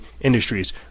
industries